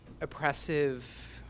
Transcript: oppressive